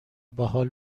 باحال